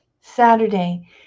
Saturday